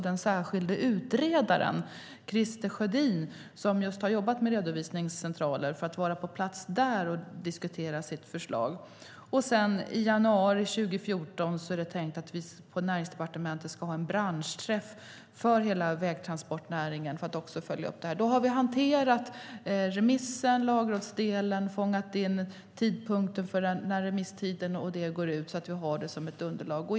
Den särskilde utredaren Christer Sjödin som har jobbat med just redovisningscentraler kommer också att vara där och diskutera sitt förslag. I januari 2014 är det tänkt att vi på Näringsdepartementet ska ha en branschträff för hela vägtransportnäringen för att följa upp detta. Då har vi hanterat remissen, lagrådsdelen, fångat in tidpunkter för när remisstiden med mera går ut och har det som underlag.